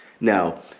now